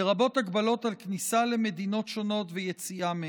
לרבות הגבלות על כניסה למדינות שונות ויציאה מהן.